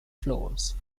floors